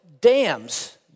dams